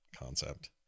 concept